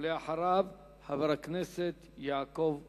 ולאחריו, חבר הכנסת יעקב כץ.